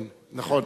כן, נכון.